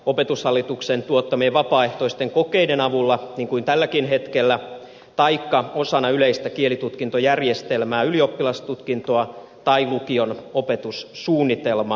opetushallituksen tuottamien vapaaehtoisten kokeiden avulla niin kuin tälläkin hetkellä taikka osana yleistä kielitutkintojärjestelmää ylioppilastutkintoa tai lukion opetussuunnitelmaa